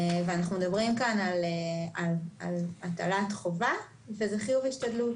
אנחנו מדברים כאן על הטלת חובה וזה חיוב השתדלות,